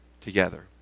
together